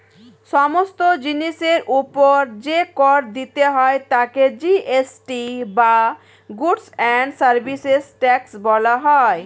সমস্ত জিনিসের উপর যে কর দিতে হয় তাকে জি.এস.টি বা গুডস্ অ্যান্ড সার্ভিসেস ট্যাক্স বলা হয়